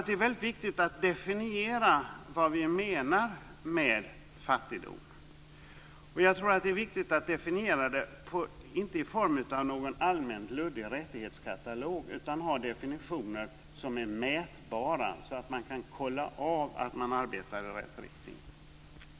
Det är viktigt att definiera vad som menas med fattigdom, inte i form av någon allmänt luddig rättighetskatalog utan i form av en definition som är mätbar så att man kan följa upp att man arbetar i rätt riktning.